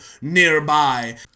nearby